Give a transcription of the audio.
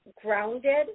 grounded